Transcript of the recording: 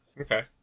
Okay